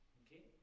okay